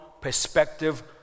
perspective